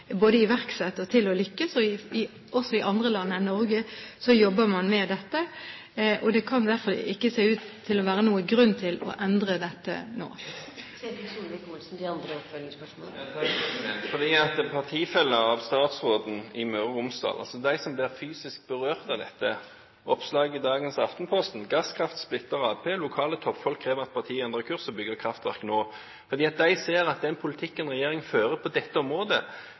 og for å lykkes. Også i andre land enn i Norge jobber man med dette. Det ser derfor ikke ut til å være noen grunn til å endre dette nå. Partifeller av statsråden i Møre og Romsdal, altså de som blir fysisk berørt av dette, sier i et oppslag i dagens Aftenposten: «Gasskraftverk splitter Ap. Lokale toppfolk krever at partiet endrer kurs og bygger kraftverk nå.» De ser at den politikken regjeringen fører på dette området,